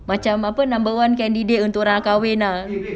macam apa number one candidate untuk orang kahwin lah